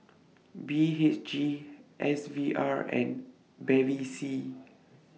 B H G S V R and Bevy C